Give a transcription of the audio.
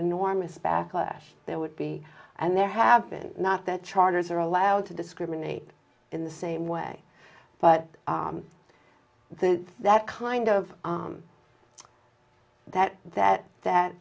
enormous backlash there would be and there have been not that charters are allowed to discriminate in the same way but that that kind of that that that